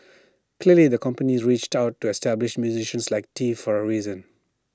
clearly the company reached out the established musicians like tee for A reason